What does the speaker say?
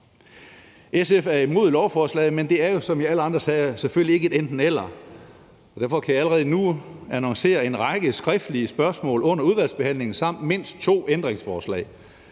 SF er imod lovforslaget, men det er jo som i alle andre sager selvfølgelig ikke enten-eller, og derfor kan jeg allerede nu annoncere en række skriftlige spørgsmål under udvalgsbehandlingen samt mindst to ændringsforslag.